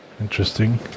interesting